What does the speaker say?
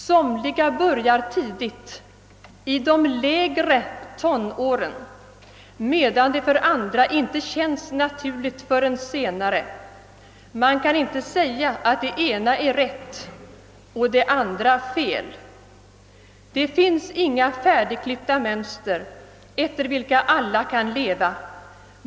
Somliga börjar tidigt — i de lägre tonåren — medan det för andra inte känns naturligt förrän senare. Man kan inte säga att det ena är rätt och det andra fel. Det finns inga färdigklippta mönster, efter vilka alla kan leva.